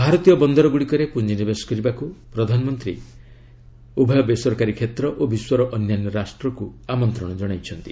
ଭାରତୀୟ ବନ୍ଦରଗୁଡ଼ିକରେ ପୁଞ୍ଜିନିବେଶ କରିବାକୁ ପ୍ରଧାନମନ୍ତ୍ରୀ ବେସରକାରୀ କ୍ଷେତ୍ର ଓ ବିଶ୍ୱର ଅନ୍ୟାନ୍ୟ ରାଷ୍ଟ୍ରକୁ ଆମନ୍ଦ୍ରଣ ଜଣାଇଛନ୍ତି